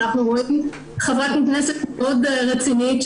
אנחנו רואים חברת כנסת מאוד רצינית,